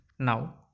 Now